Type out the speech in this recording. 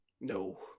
No